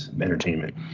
entertainment